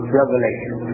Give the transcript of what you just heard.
revelation